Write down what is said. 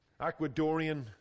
Ecuadorian